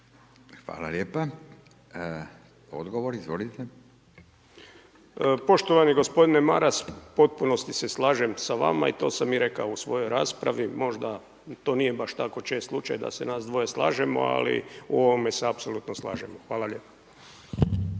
Hvala lijepa. Odgovor, izvolite. **Felak, Damir (HDZ)** Poštovani gospodine Maras, u potpunosti se slažem s vama i to sam i rekao u svojoj raspravi, možda to nije baš tako čest slučaj da se nas dvoje slažemo, ali u ovome se apsolutno slažemo. Hvala lijepa.